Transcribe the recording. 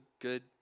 good